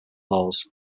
laws